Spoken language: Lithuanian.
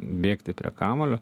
bėgti prie kamuolio